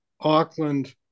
Auckland